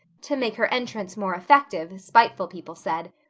to make her entrance more effective, spiteful people said.